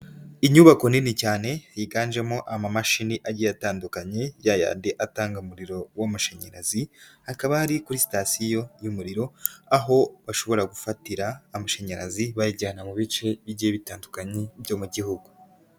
Inyubako nini cyane yiganjemo amamashini agiye atandukanye yayandi atanga umuriro w'amashanyarazi, hakaba hari kuri sitasiyo y'umuriro aho bashobora gufatira amashanyarazi bayajyana mu bice bigiye bitandukanye byo mu gihugu.